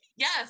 Yes